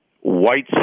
white